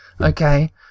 Okay